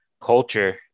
culture